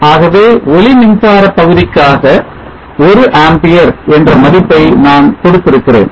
ஆகவே ஒளி மின்சார பகுதிக்காக ஒரு ஆம்பியர் என்ற மதிப்பை நான் கொடுத்திருக்கிறேன்